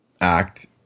act